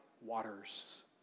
waters